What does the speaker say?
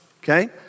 okay